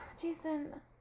Jason